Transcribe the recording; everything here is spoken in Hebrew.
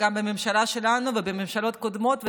גם בממשלה שלנו ובממשלות קודמות,